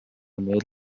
mode